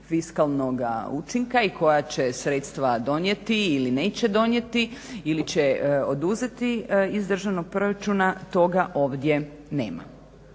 fiskalnoga učinka i koja će sredstva donijeti ili neće donijeti ili će oduzeti iz državnog proračuna, toga ovdje nema.